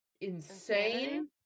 insane